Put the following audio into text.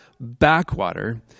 backwater